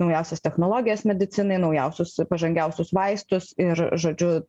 naujausias technologijas medicinoj naujausius pažangiausius vaistus ir žodžiu